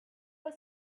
were